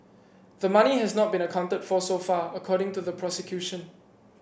the money has not been accounted for so far according to the prosecution